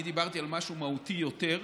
אני דיברתי על משהו מהותי יותר,